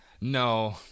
No